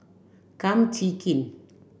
Kum Chee Kin